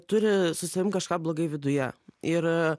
turi su savim kažką blogai viduje ir